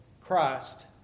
Christ